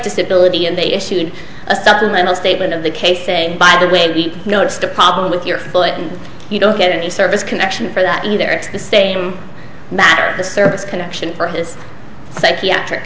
disability and they issued a supplemental statement of the case say by the way he noticed a problem with your foot and you don't get any service connection for that either it's the same matter the service connection for his psychiatric